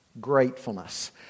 gratefulness